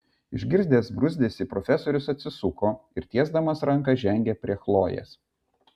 išgirdęs bruzdesį profesorius atsisuko ir tiesdamas ranką žengė prie chlojės